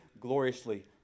gloriously